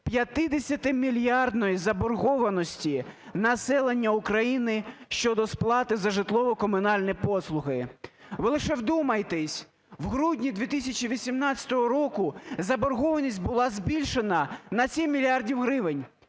50-мільярдної заборгованості населення України щодо сплати за житлово-комунальні послуги? Ви лише вдумайтесь, в грудні 2018 року заборгованість була збільшена на 7 мільярдів гривень,